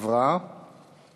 להעביר את